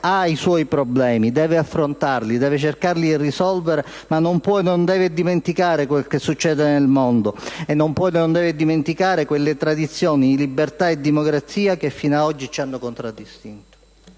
ha i suoi problemi, deve affrontarli e cercare di risolverli, ma non può e non deve dimenticare quanto accade nel mondo. E non può e non deve dimenticare quelle tradizioni di libertà e democrazia che fino ad oggi ci hanno contraddistinto.